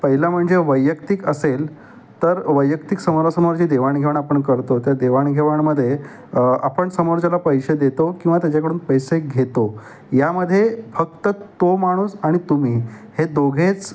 पहिलं म्हणजे वैयक्तिक असेल तर वैयक्तिक समोरासमोरची देवाणघेवण आपण करतो त्या देवाणघेवणमध्ये आपण समोरच्याला पैसे देतो किंवा त्याच्याकडून पैसे घेतो यामध्ये फक्त तो माणूस आणि तुम्ही हे दोघेच